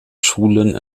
schulen